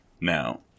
Now